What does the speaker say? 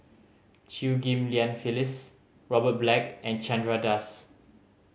Chew Ghim Lian Phyllis Robert Black and Chandra Das